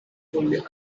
fully